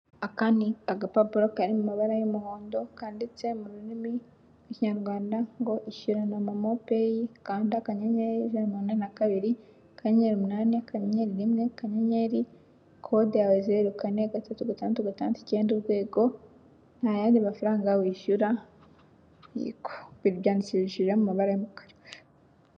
Aka ni agapapuro kari mu mabara y'umuhondo kanditse mu rurimi rw'Ikinyarwanda ngo ishyurana na momo pay kanda kanyenyeri ijana na mirongo inani na kabiri, akanyenyeri umunani akanyenyeri rimwe akanyenyeri kode yawe zero kane gatatu gatandatu gatandatu icyenda urwego, nta yandi mafaranga wishyura, yego byandikishije mu mabara y'umukara.